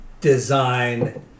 design